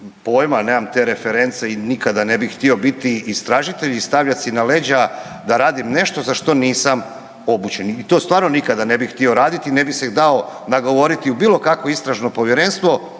nemam te reference i nikada ne bi htio biti istražitelj i stavljat si na leđa da radim nešto za što nisam obučen. I to stvarno nikada ne bi htio raditi, ne bi se dao nagovoriti u bilo kakvo istražno povjerenstvo,